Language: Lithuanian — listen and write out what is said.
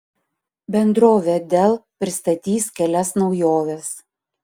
bendrovė dell pristatys kelias naujoves